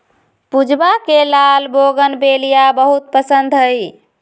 पूजवा के लाल बोगनवेलिया बहुत पसंद हई